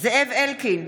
זאב אלקין,